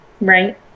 right